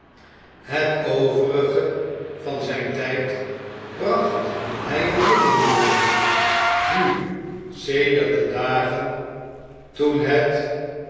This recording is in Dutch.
het overige van zjjn tjjd bracht hjj in londen door nu sedert de dagen toen het